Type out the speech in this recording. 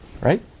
right